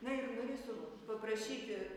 na ir noriu jūsų paprašyti